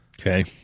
Okay